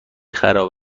خراب